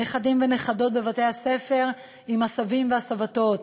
נכדים ונכדות בבתי-הספר עם הסבים והסבתות,